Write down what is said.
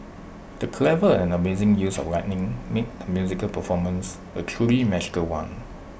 the clever and amazing use of lighting made the musical performance A truly magical one